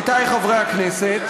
עמיתיי חברי הכנסת,